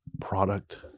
Product